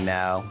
now